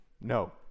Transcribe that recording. No